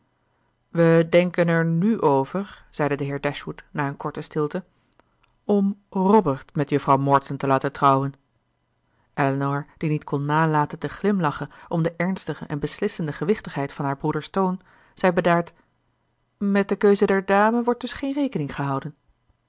we denken er nu over zeide de heer dashwood na een korte stilte om robert met juffrouw morton te laten trouwen elinor die niet kon nalaten te glimlachen om de ernstige en beslissende gewichtigheid van haar broeder's toon zei bedaard met de keuze der dame wordt dus geen rekening gehouden